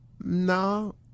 no